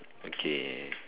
okay